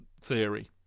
theory